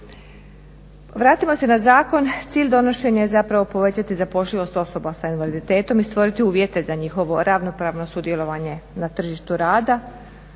Vratimo se na zakon. Cilj donošenja je zapravo povećati zapošljivost osoba s invaliditetom i stvoriti uvjete za njihovo ravnopravno sudjelovanja na tržištu rada.